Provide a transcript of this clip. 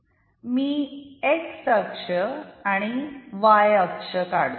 मी x अक्ष आणि y अक्ष काढतो